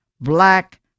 black